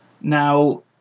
Now